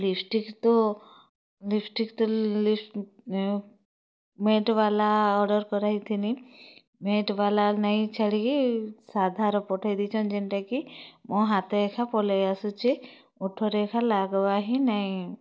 lipstick ତୋ lipstick ତୋ ଲି ମେଟ୍ ବାଲା ଅର୍ଡ଼ର୍ କରାହେଇଥିନି ମେଟ୍ ବାଲା ନେଇଁ ଛାଡ଼ିକି ସାଧାର ପଠେଇ ଦେଇଚନ୍ ଯେନଟାକି ମୋ ହାତେ ଏଖାଁ ପଲେଇ ଆସୁଛି ଓଠରେ ଏଖା ଲାଗବା ହି ନେଇଁ